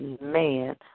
man